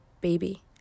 baby